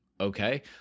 okay